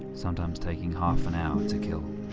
sometimes taking half an hour to kill.